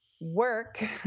work